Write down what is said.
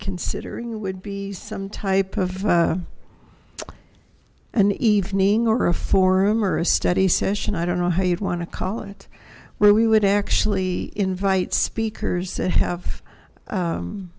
considering it would be some type of an evening or a forum or a study session i don't know how you'd want to call it where we would actually invite speakers that have